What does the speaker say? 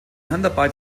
handarbeit